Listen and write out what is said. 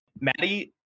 Maddie